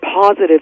positive